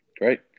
Great